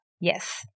Yes